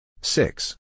Six